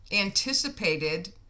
anticipated